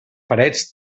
parets